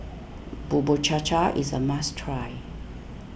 Bubur Cha Cha is a must try